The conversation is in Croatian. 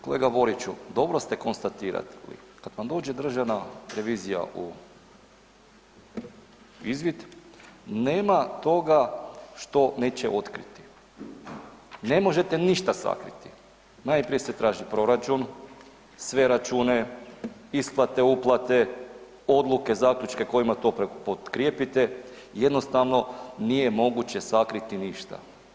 Kolega Boriću, dobro ste konstatirali, kad vam dođe državna revizija u izvid nema toga što neće otkriti, ne možete ništa sakriti, najprije se traži proračun, sve račune, isplate, uplate, odluke, zaključke kojima to potkrijepite, jednostavno nije moguće sakriti ništa.